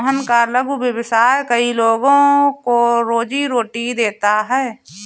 मोहन का लघु व्यवसाय कई लोगों को रोजीरोटी देता है